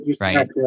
right